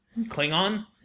klingon